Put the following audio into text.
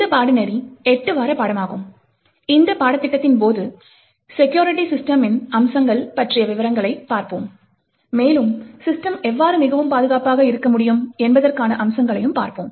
இந்த பாடநெறி எட்டு வார பாடமாகும் இந்த பாடத்திட்டத்தின் போது செக்குரிட்டி சிஸ்டம்மின் அம்சங்கள் பற்றிய விவரங்களை பார்ப்போம் மேலும் சிஸ்டம் எவ்வாறு மிகவும் பாதுகாப்பாக இருக்க முடியும் என்பதற்கான அம்சங்களையும் பார்ப்போம்